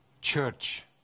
church